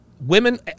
Women